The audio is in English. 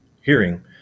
hearing